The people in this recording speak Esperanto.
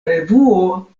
revuo